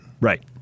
Right